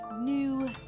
new